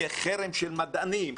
יהיה חרם של מדענים,